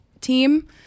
team